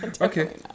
Okay